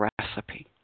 recipe